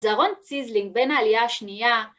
זרון ציזלינג, בן העלייה השנייה